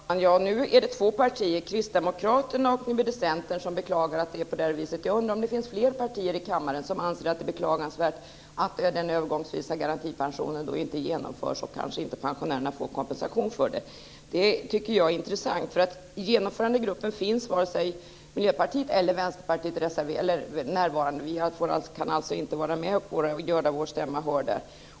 Herr talman! Nu är det två partier, Kristdemokraterna och Centern, som beklagar att det är på det här viset. Jag undrar om det finns fler partier i kammaren som anser att det är beklagansvärt att den övergångsvisa garantipensionen inte genomförs och att pensionärerna kanske inte får kompensation för det. Det tycker jag är intressant. I Genomförandegruppen finns vare sig Miljöpartiet eller Vänsterpartiet närvarande. Vi kan alltså inte göra vår stämma hörd där.